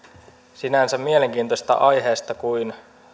sinänsä mielenkiintoisesta aiheesta kuin